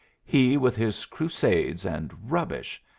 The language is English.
he with his crusades and rubbish!